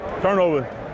Turnover